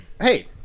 Hey